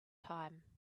time